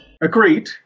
Agreed